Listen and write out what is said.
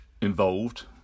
involved